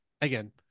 Again